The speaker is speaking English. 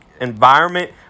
environment